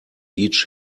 each